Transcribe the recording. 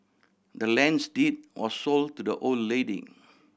the land's deed was sold to the old lady